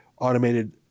automated